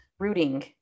rooting